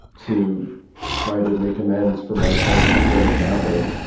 to try to make amends for my part of what had happened,